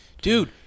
Dude